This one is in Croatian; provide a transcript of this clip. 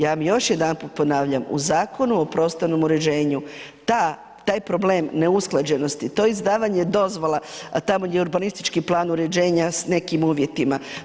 Ja vam još jedanput ponavljam, u Zakonu prostornom uređenju taj problem neusklađenosti, to izdavanje dozvola, a tamo i urbanistički plan uređenja sa nekim uvjetima.